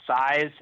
size